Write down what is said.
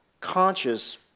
conscious